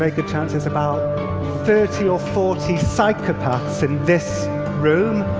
ah good chance there's about thirty or forty psychopaths in this room.